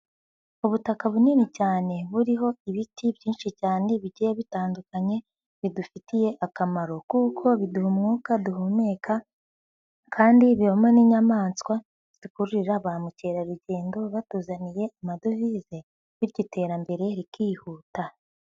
Ubutaka bunini cyane buriho ibiti byinshi cyane bigiye bitandukanye, bidufitiye akamaro kuko biduha umwuka duhumeka kandi bibamo n'inyamaswa zidukururira ba mukerarugendo batuzaniye amadovize bityo iterambere rikihuta.